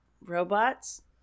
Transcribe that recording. Robots